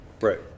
Right